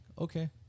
okay